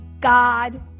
God